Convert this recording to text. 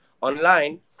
online